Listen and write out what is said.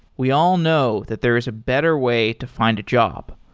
we all know that there is a better way to find a job.